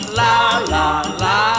la-la-la